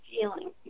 feeling